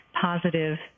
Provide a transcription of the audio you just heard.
positive